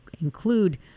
include